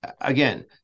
Again